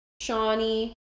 Shawnee